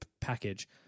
package